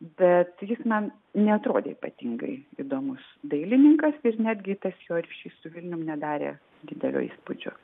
bet jis man neatrodė ypatingai įdomus dailininkas ir netgi tas jo ryšys su vilnium nedarė didelio įspūdžio